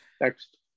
next